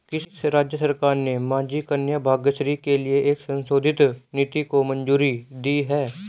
किस राज्य सरकार ने माझी कन्या भाग्यश्री के लिए एक संशोधित नीति को मंजूरी दी है?